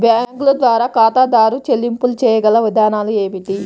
బ్యాంకుల ద్వారా ఖాతాదారు చెల్లింపులు చేయగల విధానాలు ఏమిటి?